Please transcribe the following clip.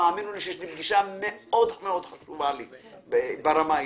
והאמינו לי שיש לי פגישה שחשובה לי מאוד ברמה האישית,